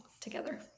together